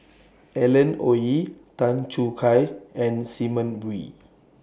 Alan Oei Tan Choo Kai and Simon Wee